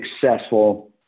successful